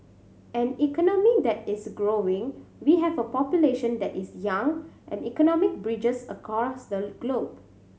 an economy that is growing we have a population that is young and economic bridges across the globe